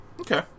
Okay